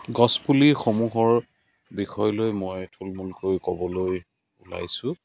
গছপুলিসমূহৰ বিষয়লৈ মই থুলমূলকৈ ক'বলৈ ওলাইছোঁ